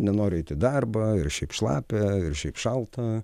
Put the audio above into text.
nenoriu eiti į darbą ir šiaip šlapia ir šiaip šalta